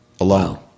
alone